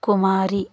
కుమారి